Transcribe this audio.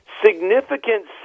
significant